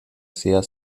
sehr